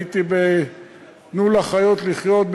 הייתי ב"תנו לחיות לחיות",